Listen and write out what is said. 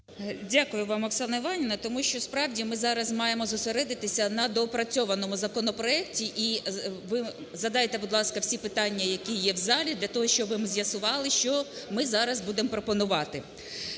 Дякую вам, Оксана Іванівна, тому що, справді ми, зараз маємо зосередитись на доопрацьованому законопроекті. І ви задайте, будь ласка, всі питання, які є в залі для того, щоб ми з'ясували, що ми зараз будемо пропонувати.